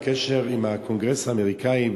הקשר עם הקונגרס האמריקני,